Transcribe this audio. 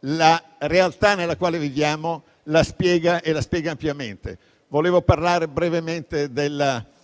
la realtà nella quale viviamo la spiega e la spiega ampiamente. Volevo parlare brevemente della